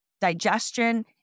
digestion